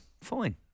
fine